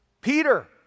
Peter